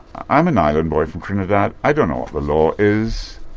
i'm an island boy from trinidad, i don't know what the law is.